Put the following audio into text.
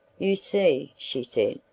you see, she said,